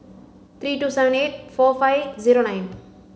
three two seven eight four five zero nine